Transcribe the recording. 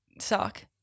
suck –